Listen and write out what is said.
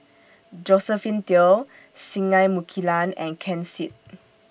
Josephine Teo Singai Mukilan and Ken Seet